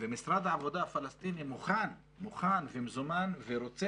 ומשרד העבודה הפלסטיני מוכן ומזומן ורוצה